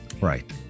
Right